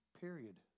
period